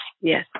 Yes